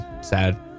sad